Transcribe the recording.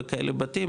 בכאלה בתים,